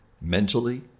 mentally